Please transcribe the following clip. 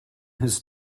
his